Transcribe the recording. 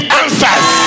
answers